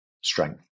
strength